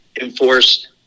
enforced